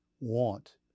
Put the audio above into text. want